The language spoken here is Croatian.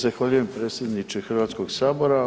Zahvaljujem, predsjedniče Hrvatskog sabora.